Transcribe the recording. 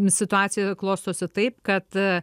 situacija klostosi taip kad